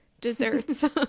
desserts